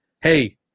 Hey